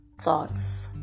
thoughts